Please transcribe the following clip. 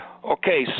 Okay